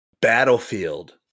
Battlefield